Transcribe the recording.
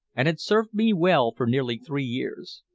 and had served me well for nearly three years.